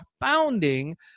founding